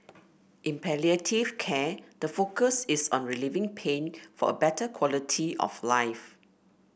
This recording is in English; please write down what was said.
in palliative care the focus is on relieving pain for a better quality of life